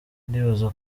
ndibaza